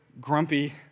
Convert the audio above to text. grumpy